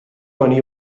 honi